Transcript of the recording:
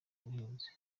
ubuhinzi